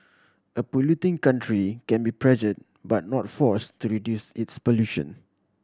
a polluting country can be pressured but not force to reduce its pollution